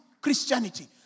Christianity